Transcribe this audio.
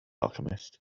alchemist